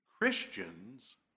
Christians